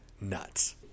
Nuts